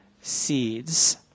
seeds